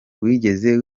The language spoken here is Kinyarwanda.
wigeze